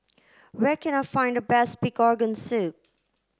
where can I find the best pig organ soup